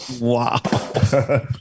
Wow